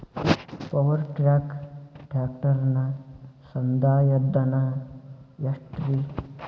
Power track ಟ್ರ್ಯಾಕ್ಟರನ ಸಂದಾಯ ಧನ ಎಷ್ಟ್ ರಿ?